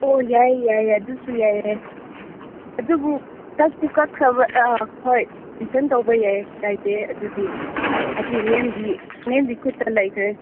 ꯑꯣ ꯌꯥꯏ ꯌꯥꯏ ꯑꯗꯨꯁꯨ ꯌꯥꯏ ꯑꯗꯨꯕꯨ ꯀꯛꯄꯨ ꯀꯛꯈ꯭ꯔꯕ ꯑꯥ ꯍꯣꯏ ꯔꯤꯇꯟ ꯇꯧꯕ ꯌꯥꯏ ꯀꯥꯏꯗꯦ ꯑꯗꯨꯗꯤ ꯑꯗꯨ ꯃꯦꯝꯒꯤ ꯃꯦꯝꯒꯤ ꯈꯨꯠꯇ ꯂꯩꯈ꯭ꯔꯦ